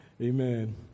Amen